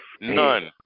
None